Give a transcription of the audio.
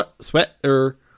sweater